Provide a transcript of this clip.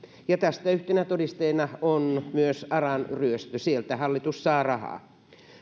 ja tästä yhtenä todisteena on myös aran ryöstö sieltä hallitus saa rahaa